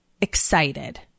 excited